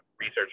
research